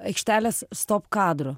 aikštelės stop kadrų